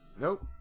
Nope